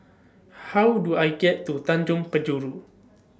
How Do I get to Tanjong Penjuru